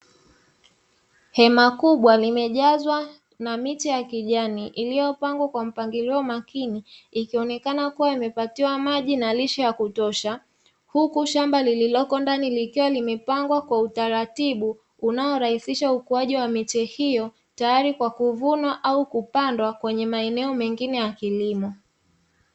Hema kubwa limejazwa na miche ya kijani, iliyopangwa kwa mpangilio makini ikionekana kuwa imepatiwa maji na lishe ya kutosha. Huku shamba lililoko ndani likiwa limepandwa kwa utaratibu, unaorahisisha ukuaji wa miche hiyo tayari kwa kuvunwa au kupandwa kwenye maeneo mengine ya kilimo.